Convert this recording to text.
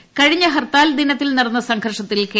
C intro കഴിഞ്ഞ ഹർത്താൽ ദിനത്തിൽ നടന്ന സംഘർഷത്തിൽ കെ